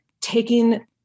taking